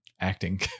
acting